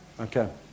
Okay